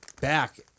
back